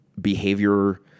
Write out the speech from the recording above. behavior